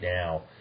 now